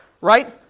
right